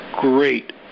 great